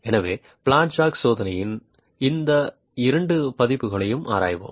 எனவே flat jack சோதனையின் இந்த இரண்டு பதிப்புகளையும் ஆராய்வோம்